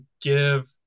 give